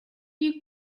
you